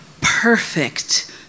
perfect